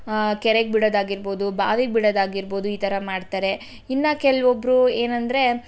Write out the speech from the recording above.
ಕೆರೆಗೆ ಬಿಡೋದು ಆಗಿರ್ಬೋದು ಬಾವಿಗೆ ಬಿಡೋದು ಆಗಿರ್ಬೋದು ಈ ಥರ ಮಾಡ್ತಾರೆ ಇನ್ನು ಕೆಲವೊಬ್ಬ್ರು ಏನು ಅಂದರೆ